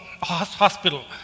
hospital